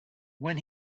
when